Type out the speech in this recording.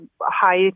high